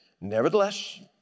Nevertheless